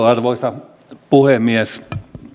arvoisa puhemies kun